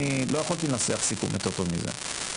אני לא יכולתי לנסח סיכום יותר טוב מזה.